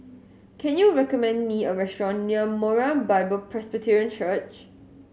can you recommend me a restaurant near Moriah Bible Presby Church